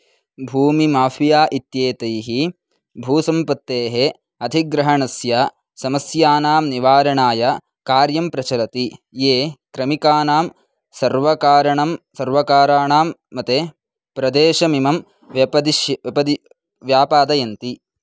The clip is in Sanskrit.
भूमि माफिया इत्येतैः भूसम्पत्तेः अधिग्रहणस्य समस्यानां निवारणाय कार्यं प्रचलति ये क्रमिकानां सर्वकाराणाम् सर्वकाराणाम् मते प्रदेशमिमं व्यपदिशति व्यपदिशति व्यापादयन्ति